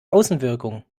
außenwirkung